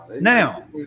Now